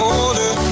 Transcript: older